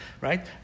right